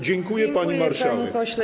Dziękuję, pani marszałek.